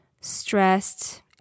stressed